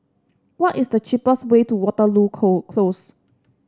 what is the cheapest way to Waterloo Close